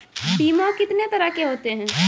बीमा कितने तरह के होते हैं?